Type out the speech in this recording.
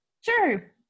Sure